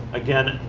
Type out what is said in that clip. again,